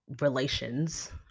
relations